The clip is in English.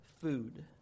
food